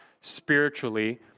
spiritually